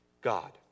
God